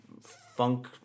funk